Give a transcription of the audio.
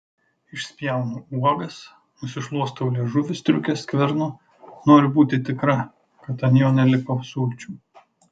išspjaunu uogas nusišluostau liežuvį striukės skvernu noriu būti tikra kad ant jo neliko sulčių